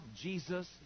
Jesus